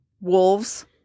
Wolves